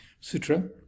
sutra